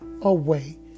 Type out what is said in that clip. away